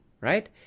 right